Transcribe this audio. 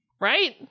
Right